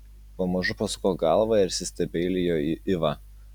pamažu pasuko galvą ir įsistebeilijo į ivą